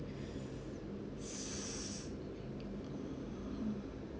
mm